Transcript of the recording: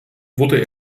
wurde